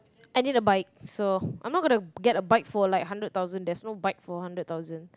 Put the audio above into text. I need a bike so I'm not gonna get a bike for like hundred thousand there's no bike for hundred thousand